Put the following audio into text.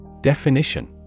Definition